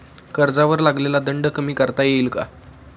कर्जावर लागलेला दंड कमी करता येईल का?